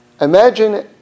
imagine